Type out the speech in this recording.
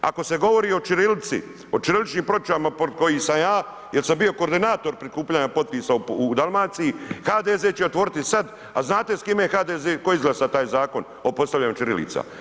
Ako se govori o ćirilici, o ćiriličnim ploča protiv kojih sam ja jer sam bio koordinator prikupljanja potpisa u Dalmaciji, HDZ će otvoriti sad a znate s kime je HDZ, tko je izglasao taj zakon o postavljanju ćirilica?